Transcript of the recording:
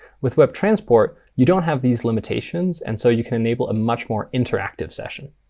with webtransport, you don't have these limitations, and so you can enable a much more interactive session.